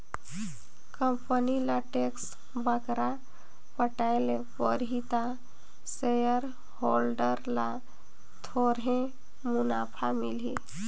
company ल tax बगरा पटाए ले परही ता सेयर होल्डर ल थोरहें मुनाफा मिलही